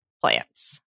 Plants